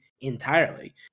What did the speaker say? entirely